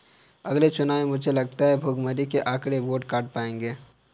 अगले चुनाव में मुझे लगता है भुखमरी के आंकड़े वोट काट पाएंगे